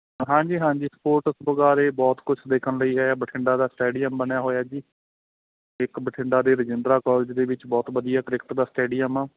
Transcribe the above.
ਹਾਂਜੀ ਹਾਂਜੀ ਸਪੋਰਟਸ ਵਗੈਰਾ ਬਹੁਤ ਕੁਛ ਦੇਖਣ ਲਈ ਹੈ ਬਠਿੰਡਾ ਦਾ ਸਟੇਡੀਅਮ ਬਣਿਆ ਹੋਇਆ ਜੀ ਇੱਕ ਬਠਿੰਡਾ ਦੇ ਰਜਿੰਦਰਾ ਕੋਲਜ ਦੇ ਵਿੱਚ ਬਹੁਤ ਵਧੀਆ ਕ੍ਰਿਕਟ ਦਾ ਸਟੇਡੀਅਮ ਆ